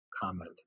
comment